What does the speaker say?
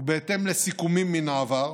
ובהתאם לסיכומים מן העבר,